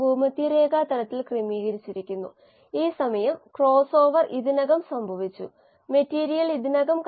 പ്രതിപ്രവർത്തനത്തിന്റെ വ്യാപ്തിയെ പരിമിതപ്പെടുത്തുന്ന സാന്ദ്രതയെ പരിമിതപ്പെടുത്തുന്ന പ്രതിപ്രവർത്തനം എന്ന് നമ്മൾ പറയും